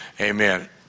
Amen